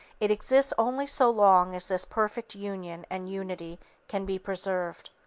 it exists only so long as this perfect union and unity can be preserved.